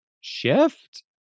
shift